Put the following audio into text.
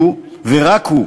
שהוא, ורק הוא,